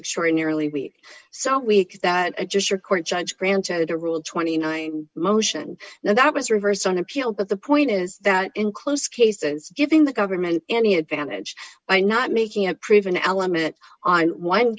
extraordinarily weak so weak that just your court judge granted the rule twenty nine motion now that was reversed on appeal but the point is that in close cases giving the government any advantage by not making a proven element on one